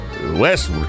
West